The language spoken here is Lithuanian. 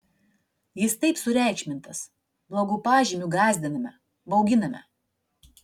jis taip sureikšmintas blogu pažymiu gąsdiname bauginame